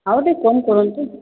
ଆଉ ଟିକେ କମ୍ କରନ୍ତୁ